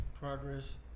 Progress